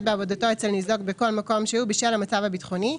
בעבודתו אצל ניזוק בכל מקום שהוא בשל המצב הביטחוני,